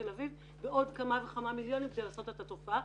תל אביב בעוד כמה וכמה מיליוני שקלים כדי לטפל בתופעה.